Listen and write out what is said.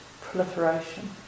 proliferation